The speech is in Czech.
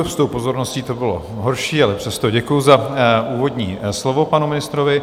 S tou pozorností to bylo horší, ale přesto děkuji za úvodní slovo panu ministrovi.